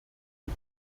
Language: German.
die